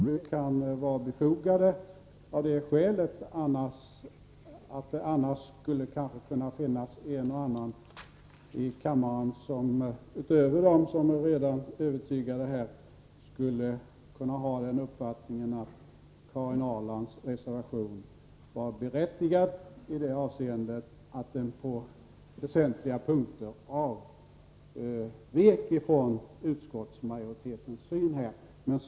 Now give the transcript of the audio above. Fru talman! Jag vill bara säga: Även om flera är överens om en viss ståndpunkt kan inlägg vara befogade av det skälet att en och annan i kammaren, utöver dem som redan är övertygade, annars skulle kunna få intrycket att Karin Ahrlands reservation var berättigad i det avseendet att den på väsentliga punkter avvek från utskottsmajoritetens uppfattning.